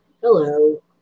Hello